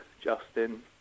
Justin